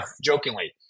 jokingly